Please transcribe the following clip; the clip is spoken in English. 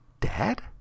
Dad